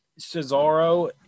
Cesaro